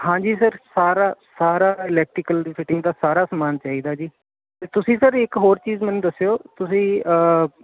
ਹਾਂਜੀ ਸਰ ਸਾਰਾ ਸਾਰ ਇਲੈਕਟਰੀਕਲ ਦੀ ਫਿਟਿੰਗ ਦਾ ਸਾਰਾ ਸਮਾਨ ਚਾਹੀਦਾ ਜੀ ਤੇ ਤੁਸੀਂ ਸਰ ਇੱਕ ਹੋਰ ਚੀਜ਼ ਮੈਨੂੰ ਦੱਸਿਓ ਤੁਸੀਂ